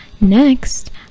Next